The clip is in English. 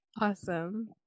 Awesome